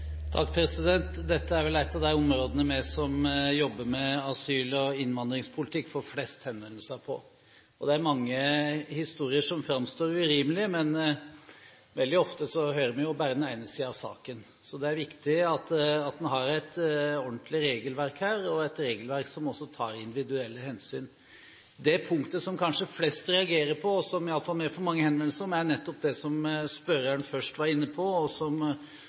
innvandringspolitikk, får flest henvendelser om. Det er mange historier som framstår urimelige, men veldig ofte hører man bare den ene siden av saken. Det er viktig at man har et ordentlig regelverk her – og et regelverk som også tar individuelle hensyn. Det punktet som kanskje flest reagerer på, og som i alle fall vi får mange henvendelser om, er det som spørreren først var inne på, og som